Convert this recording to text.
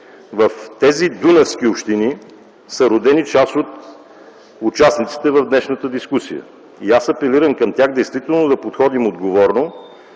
В тези дунавски общини са родени част от участниците в днешната дискусия. И аз апелирам към тях – действително да подходим отговорно,